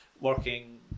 working